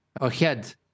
ahead